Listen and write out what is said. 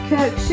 Kirk